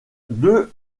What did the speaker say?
deux